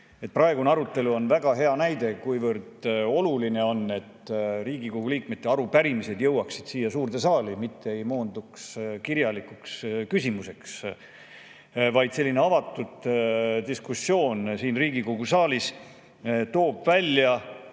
praegune arutelu on väga hea näide sellest, kuivõrd oluline on, et Riigikogu liikmete arupärimised jõuaksid siia suurde saali, mitte ei moonduks kirjalikeks küsimusteks. Avatud diskussioon siin Riigikogu saalis toob välja